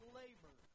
labor